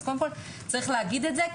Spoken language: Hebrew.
אז קודם כל צריך להגיד את זה,